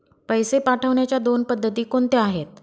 पैसे पाठवण्याच्या दोन पद्धती कोणत्या आहेत?